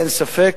אין ספק,